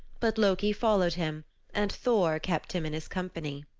but loki followed him and thor kept him in his company.